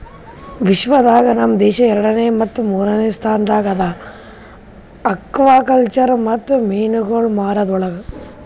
ವಿಶ್ವ ದಾಗ್ ನಮ್ ದೇಶ ಎರಡನೇ ಮತ್ತ ಮೂರನೇ ಸ್ಥಾನದಾಗ್ ಅದಾ ಆಕ್ವಾಕಲ್ಚರ್ ಮತ್ತ ಮೀನುಗೊಳ್ ಮಾರದ್ ಒಳಗ್